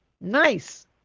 Nice